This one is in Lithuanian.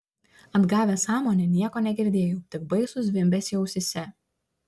atgavęs sąmonę nieko negirdėjau tik baisų zvimbesį ausyse